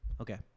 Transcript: Okay